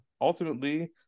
ultimately